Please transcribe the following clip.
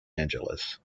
angeles